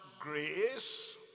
Grace